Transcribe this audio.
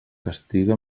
castiga